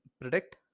predict